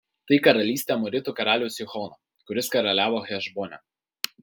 tai karalystė amoritų karaliaus sihono kuris karaliavo hešbone